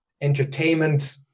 entertainment